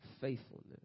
faithfulness